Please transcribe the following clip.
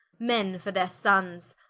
men for their sonnes,